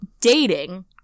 dating